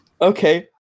Okay